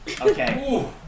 Okay